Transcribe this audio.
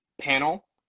panel